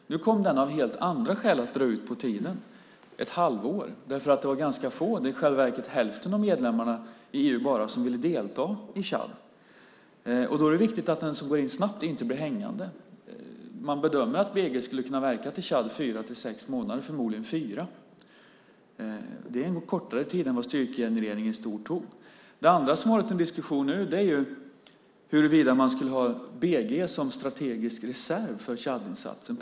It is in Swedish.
Nu kom den av helt andra skäl att dra ut på tiden ett halvår. Det var ganska få av medlemmarna i EU, i själva verket bara hälften, som ville delta i Tchad. Då är det viktigt att den som går in snabbt inte blir hängande. Man bedömer att BG:n skulle ha kunnat verka i Tchad i fyra-sex månader och förmodligen i fyra. Det är ändå kortare tid än vad styrkegenerering i stort tog. Det andra som det nu har varit en diskussion om är huruvida man skulle ha BG:n som strategisk reserv i Tchadinsatsen.